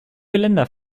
geländer